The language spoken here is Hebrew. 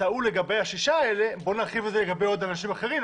טעו לגבי השישה האלה בואו נרחיב את זה לגבי אנשים אחרים,